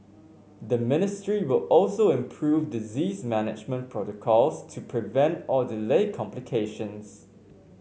the ministry will also improve disease management protocols to prevent or delay complications